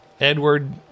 Edward